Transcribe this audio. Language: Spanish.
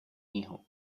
hijo